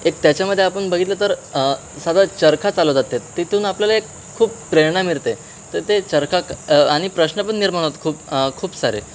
एक त्याच्यामध्ये आपण बघितलं तर साधा चरखा चालवतात ते तिथून आपल्याला एक खूप प्रेरणा मिळते तर ते चरखा आणि प्रश्न पण निर्माण होत खूप खूप सारे